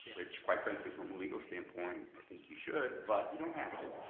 which quite frankly from a legal standpoint i think you should, but you don't have to.